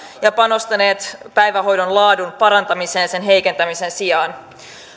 ja panostaneet päivähoidon laadun parantamiseen sen heikentämisen sijaan